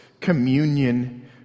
communion